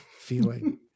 Feeling